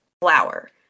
flower